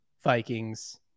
Vikings